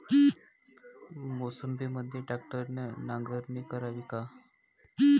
मोसंबीमंदी ट्रॅक्टरने नांगरणी करावी का?